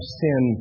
sin